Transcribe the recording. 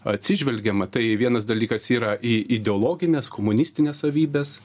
atsižvelgiama tai vienas dalykas yra į ideologines komunistines savybes